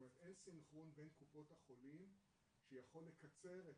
זאת אומרת אין סנכרון בין קופות החולים שיכול לקצר את